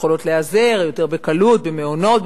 הן יכולות להיעזר יותר בקלות במעונות,